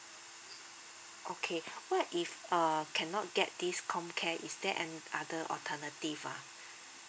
okay what if uh cannot get this comcare is there any other alternative ah